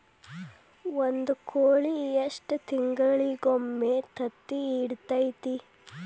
ಒಂದ್ ಕೋಳಿ ಎಷ್ಟ ತಿಂಗಳಿಗೊಮ್ಮೆ ತತ್ತಿ ಇಡತೈತಿ?